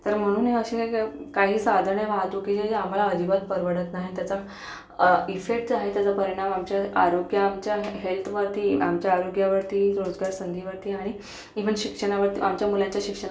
तर म्हणून मी अशी क काही साधने वाहतुकीची जी आम्हाला अजिबात परवडत नाही त्याचा इफेक्ट आहे त्याचा परिणाम आमच्या आरोग्य आमच्या हेल्थवरती आमच्या आरोग्यावरती रोजगार संधीवरती आणि इव्हन शिक्षणावरती आमच्या मुलांच्या शिक्षणावरतीसुद्धा आढळून आलेला आहे